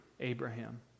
Abraham